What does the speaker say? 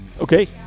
okay